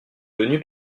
venu